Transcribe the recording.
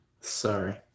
Sorry